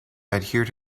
adhere